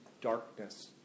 darkness